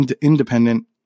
independent